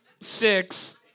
six